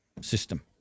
system